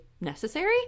necessary